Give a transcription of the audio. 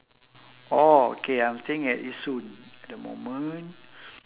oh okay I'm staying at yishun at the moment